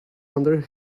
under